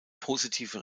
positive